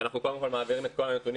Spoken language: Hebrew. אנחנו קודם כול מעבירים את כל הנתונים,